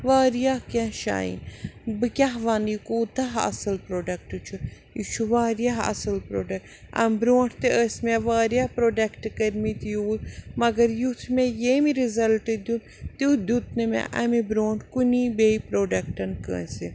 وارِیاہ کیٚنٛہہ شایِن بہٕ کیٛاہ وَنہٕ یہِ کوٗتاہ اصٕل پرٛوڈکٹ چھُ یہِ چھُ وارِیاہ اَصٕل پرٛوڈک اَمہِ برٛونٛٹھ تہِ ٲسۍ مےٚ وارِیاہ پرٛوڈکٹ کٔرۍمٕتۍ یوٗز مگر یُتھ مےٚ ییٚمہِ رِزلٹ دیُت تیُتھ دیُت نہٕ مےٚ اَمہِ برٛونٛٹھ کُنی بیٚیہِ پرٛوڈکٹن کٲنٛسہِ